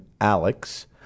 Alex